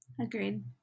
Agreed